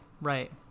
Right